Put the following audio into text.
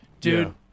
dude